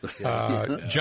John